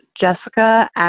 Jessica